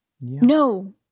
No